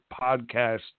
podcast